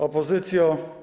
Opozycjo!